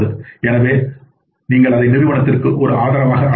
எனவே நீங்கள் அதை நிறுவனத்திற்கு ஒரு ஆதரவாக அழைக்கலாம்